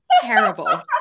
terrible